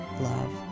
love